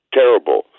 terrible